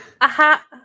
Aha